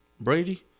Brady